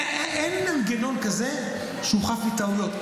אין מנגנון כזה שהוא חף מטעויות,